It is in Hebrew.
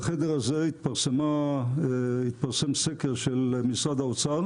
בחדר הזה התפרסם סקר של משרד האוצר,